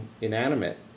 inanimate